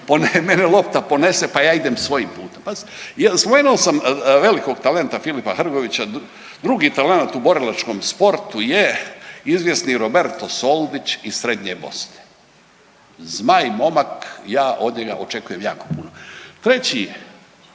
mene lopta ponese pa ja idem svojim putem. Spomenuo sam velikog talenta Filipa Hrgovića, drugi talent u borilačkom sportu je izvjesni Roberto Soldić iz srednje Bosne. Zmaj momak, ja od njega očekujem jako puno. Treći